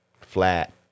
Flat